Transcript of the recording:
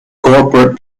corporate